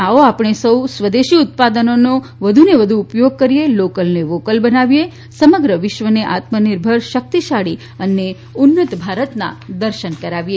આવો આપણે સૌ સ્વદેશી ઉત્પાદનોનો વધુ ને વધુ ઉપયોગ કરીએ લોકલ ને વોકલ બનાવીએ સમગ્ર વિશ્વને આત્મનિર્ભર શક્તિશાળી અને ઉન્નત ભારતના દર્શન કરાવીએ